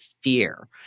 fear